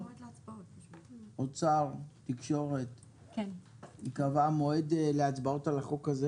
האחרת כבר נקבעה לו הצבעה.